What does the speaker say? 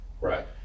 Right